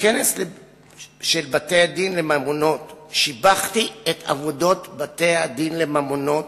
בכנס של בתי-הדין לממונות שיבחתי את עבודות בתי-הדין לממונות,